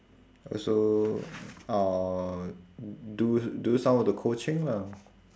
also uh do do some of the coaching lah